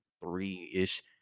three-ish